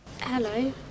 Hello